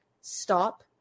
stop